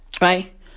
Right